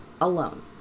alone